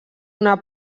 una